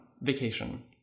vacation